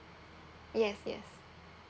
yes yes